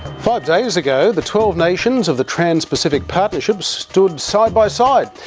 five days ago the twelve nations of the trans pacific partnership stood side by side.